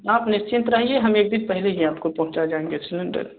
आप निश्चिंत रहिए हम एक दिन पहले ही आपको पहुँचा जाएँगे सिलेंडर